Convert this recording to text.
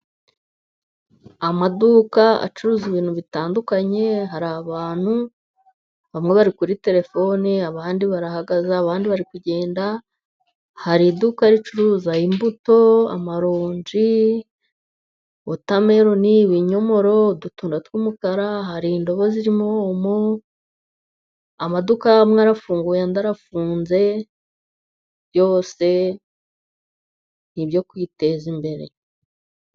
Amaduka acuruza ibintu bitandukanye, hari abantu bamwe barikuvugira kuri telefone, abandi barahagaze, abandi bari kugenda, hari iduka ricuruza imbuto, amaronji, otemelo n ibinyomoro, udutunda tw'umukara, hari indobo zirimo omo, amaduka amwe arafunguye andi arafunze, byose nibyo kwiteza imbere.